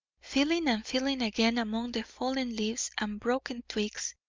feeling and feeling again among the fallen leaves and broken twigs,